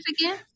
again